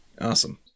Awesome